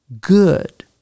good